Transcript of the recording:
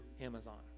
amazon